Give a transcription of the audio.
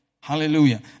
Hallelujah